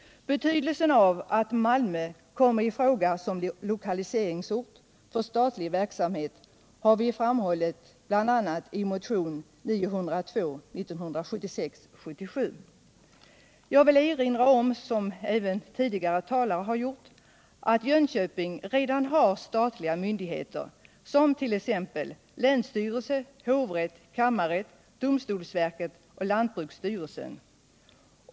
Betydelsen av att Malmö kommer i fråga som lokaliseringsort för statlig verksamhet har vi framhållit bl.a. i motion 1976/77:902. Jag vill erinra om — vilket även tidigare talare har gjort — att Jönköping redan har statliga myndigheter som t.ex. länsstyrelse, hovrätt, kammarrätt, domstolsverket och lantbruksstyrelsen.